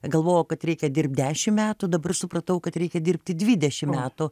galvojau kad reikia dirbti dešim metų dabar supratau kad reikia dirbti dvidešim metų